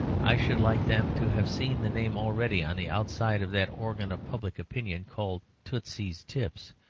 i should like them to have seen the name already on the outside of that organ of public opinion called tootsie's tips,